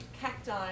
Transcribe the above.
Cacti